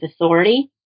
authority